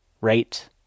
Right